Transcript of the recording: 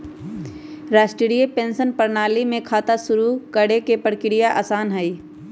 राष्ट्रीय पेंशन प्रणाली में खाता शुरू करे के प्रक्रिया आसान हई